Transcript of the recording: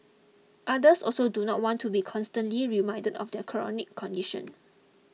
others also do not want to be constantly reminded of their chronic condition